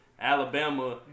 Alabama